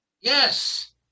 Yes